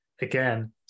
again